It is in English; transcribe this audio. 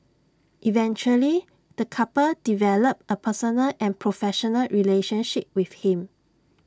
eventually the couple developed A personal and professional relationship with him